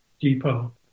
depot